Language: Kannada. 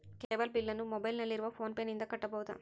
ಕೇಬಲ್ ಬಿಲ್ಲನ್ನು ಮೊಬೈಲಿನಲ್ಲಿ ಇರುವ ಫೋನ್ ಪೇನಿಂದ ಕಟ್ಟಬಹುದಾ?